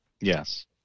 Yes